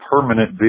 permanent